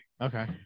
okay